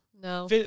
No